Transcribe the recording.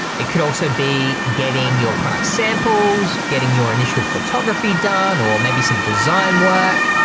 it could also be getting your product samples, getting your initial photography done or maybe some design work,